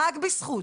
רק בזכות.